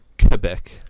Quebec